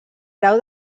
grau